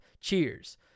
Cheers